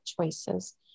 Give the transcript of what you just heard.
choices